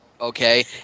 okay